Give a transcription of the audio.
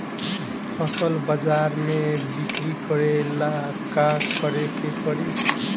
फसल बाजार मे बिक्री करेला का करेके परी?